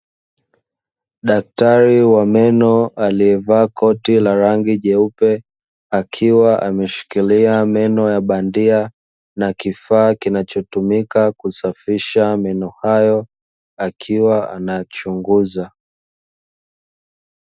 Daktari wa meno aliyevaa koti la rangi jeupe, akiwa ameshikilia meno ya bandia na kifaa kinachotumika kusafisha meno hayo, akiwa anayachunguza.